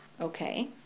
Okay